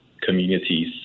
communities